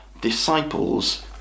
disciples